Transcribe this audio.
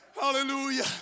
Hallelujah